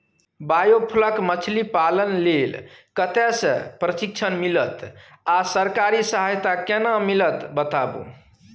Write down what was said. Biofloc मछलीपालन लेल कतय स प्रशिक्षण मिलत आ सरकारी सहायता केना मिलत बताबू?